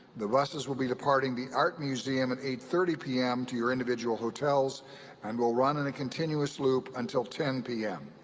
the buses will be departing the art museum at eight thirty p m. to your individual hotels and will run in a continuous loop until ten zero p m.